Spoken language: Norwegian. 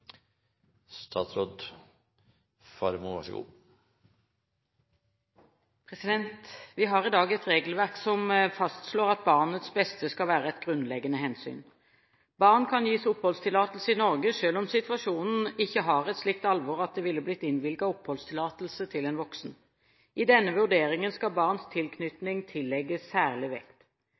Vi har i dag et regelverk som fastslår at barnets beste skal være et grunnleggende hensyn. Barn kan gis oppholdstillatelse i Norge selv om situasjonen ikke har et slikt alvor at det ville blitt innvilget oppholdstillatelse til en voksen. I denne vurderingen skal barns tilknytning tillegges særlig vekt.